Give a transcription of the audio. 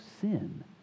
sin